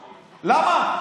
למה?